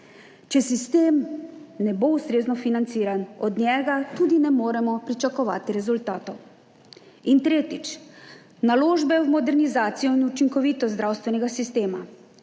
Če sistem ne bo ustrezno financiran, od njega tudi ne moremo pričakovati rezultatov. In tretjič, naložbe v modernizacijo in učinkovitost zdravstvenega sistema.